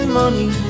money